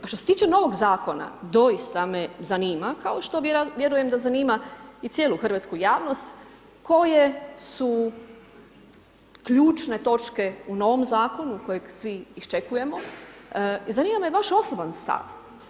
Što se tiče novog zakona, doista me zanima, kao što vjerujem da zanima i cijelu hrvatsku javnost koje su ključne točke u novom zakonu kojeg svi iščekujemo i zanima me vaš osoban stav.